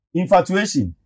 infatuation